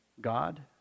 God